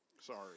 sorry